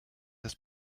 das